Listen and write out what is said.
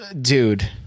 dude